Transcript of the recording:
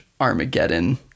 Armageddon